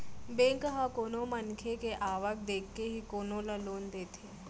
bank ह कोनो मनखे के आवक देखके ही कोनो ल लोन देथे